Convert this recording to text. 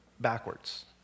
backwards